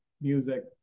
music